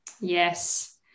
Yes